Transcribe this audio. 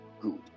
Good